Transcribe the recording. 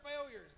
failures